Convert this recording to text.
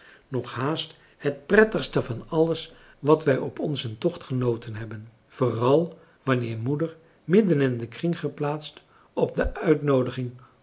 nog haast het françois haverschmidt familie en kennissen prettigste van alles wat wij op onzen tocht genoten hebben vooral wanneer moeder midden in den kring geplaatst op de uitnoodiging